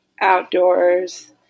outdoors